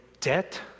debt